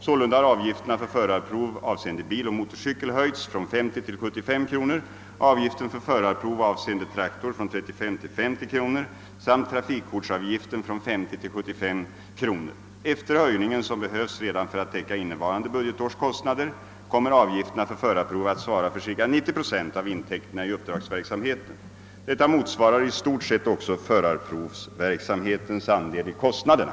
Sålunda har avgifterna för förarprov avseende bil och motorcykel höjts från 50 till 75 kr., avgiften för förarprov avseende traktor från 35 till 50 kr., samt trafikkortsavgiften från 50 till 75 kr. Efter höjningen — som behövts redan för att täcka innevarande budgetårs kostnader — kommer avgifterna för förarprov att svara för ca 90 procent av intäkterna i uppdragsverksamheten. Detta motsvarar i stort sett också förarprovsverksamhetens andel i kostnaderna.